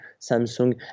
Samsung